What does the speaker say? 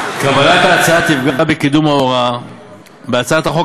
קבלת ההצעה תפגע בקידום ההוראה בהצעת החוק